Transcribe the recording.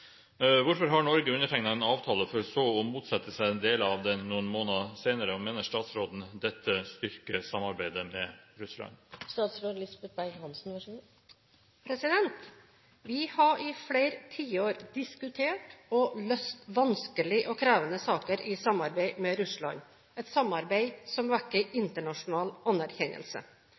noen måneder senere, og mener statsråden dette styrker samarbeidet med Russland?» Vi har i flere tiår diskutert og løst vanskelige og krevende saker i samarbeid med Russland, et samarbeid som vekker internasjonal anerkjennelse.